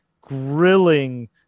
grilling